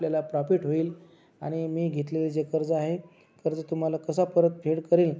आपल्याला प्रॉफिट होईल आणि मी घेतलेलं जे कर्ज आहे कर्ज तुम्हाला कसं परतफेड करीन